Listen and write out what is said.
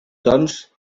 doncs